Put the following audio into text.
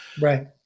right